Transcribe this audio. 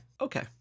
okay